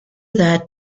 that